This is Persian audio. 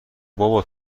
بابا